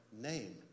name